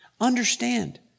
understand